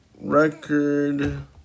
record